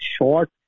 short